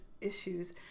issues